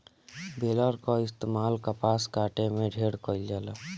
baler कअ इस्तेमाल कपास काटे में ढेर कइल जाला